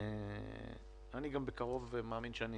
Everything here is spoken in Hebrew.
אני מאמין שאני